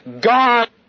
God